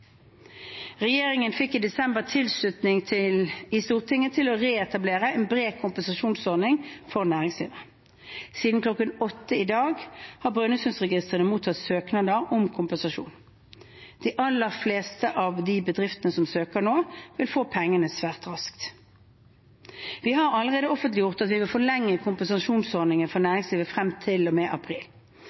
Regjeringen fikk i desember tilslutning i Stortinget til å reetablere en bred kompensasjonsordning for næringslivet. Siden kl. 8 i dag har Brønnøysundregistrene mottatt søknader om kompensasjon. De aller fleste av de bedriftene som søker nå, vil få pengene svært raskt. Vi har allerede offentliggjort at vi vil forlenge kompensasjonsordningen for næringslivet frem til og med april,